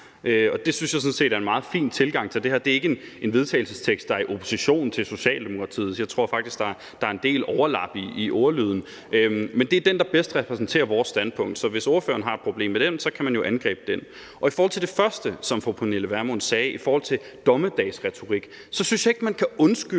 set er en meget fin tilgang til det her. Det er ikke et forslag til vedtagelse, der er i opposition til Socialdemokratiets, jeg tror faktisk, der er en del overlap i ordlyden, men det er den, der bedst repræsenterer vores standpunkt, så hvis ordføreren har et problem med den, kan man jo angribe den. I forhold til det første, som fru Pernille Vermund sagde, i forhold til dommedagsretorik synes jeg ikke, man kan undskylde